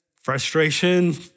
frustration